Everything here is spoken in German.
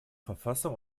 verfassung